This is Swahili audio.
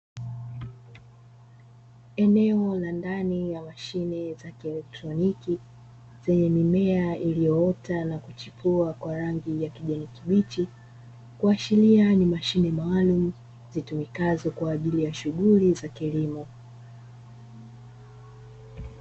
Eneo la ndani la mashine za kielektroniki zenye mimea iliyoota na kuchipua kwa rangi ya kijani kibichi, kuashiria ni mashine maalumu zitumikazo kwajili ya shughuli za kilimo.